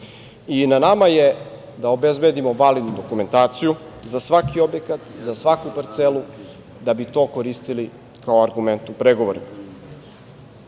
i na nama je da obezbedimo validnu dokumentaciju za svaki objekat, za svaku parcelu da bi to koristili kao argument u pregovorima. Ništa